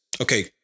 Okay